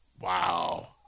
Wow